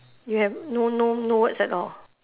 you have no no no words at all